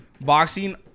Boxing